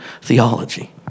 theology